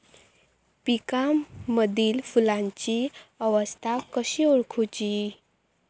पिकांमदिल फुलांची अवस्था कशी ओळखुची?